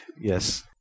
Yes